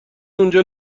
اونجا